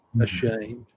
ashamed